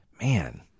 man